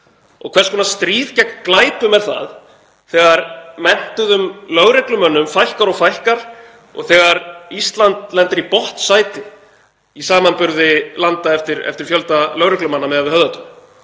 Og hvers konar stríð gegn glæpum er það þegar menntuðum lögreglumönnum fækkar og fækkar og þegar Ísland lendir í botnsæti í samanburði milli landa eftir fjölda lögreglumanna miðað við höfðatölu?